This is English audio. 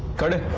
go now.